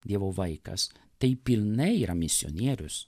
dievo vaikas tai pilnai yra misionierius